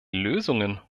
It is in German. lösungen